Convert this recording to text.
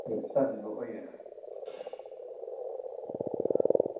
ते सब सुख होई जाना